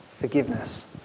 forgiveness